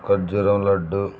ఖర్జురం laddu